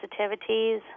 sensitivities